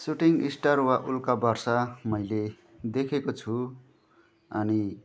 shooting star वा उल्का वर्षा मैले देखेको छु अनि